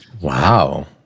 Wow